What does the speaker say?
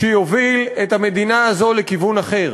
שיוביל את המדינה הזאת לכיוון אחר.